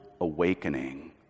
awakening